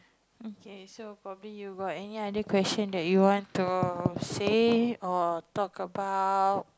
okay so probably you got any other question that you want to say or talk about